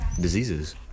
Diseases